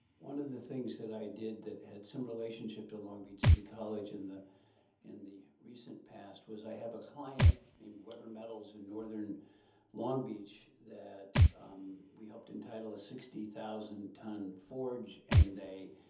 one of the things that i did that had some relationship to long beach city college in the in the recent past, was i have a client named weber metals in northern long beach that we helped entitle a sixty thousand ton forge. and they,